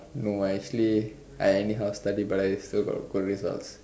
no I actually I anyhow study but I still got good results